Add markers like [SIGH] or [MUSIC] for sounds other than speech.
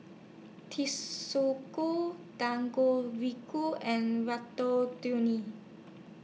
[UNINTELLIGIBLE] Dangojiru and Ratatouille